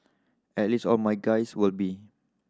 at least all my guys will be